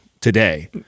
today